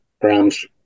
grams